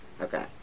Okay